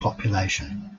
population